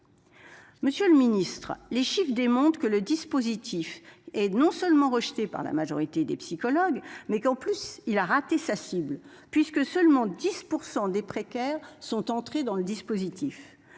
Monsieur le Ministre, les chiffres démontrent que le dispositif est non seulement rejeté par la majorité des psychologues, mais qu'en plus il a raté sa cible puisque seulement 10% des précaires sont entrés dans le dispositif.